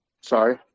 Sorry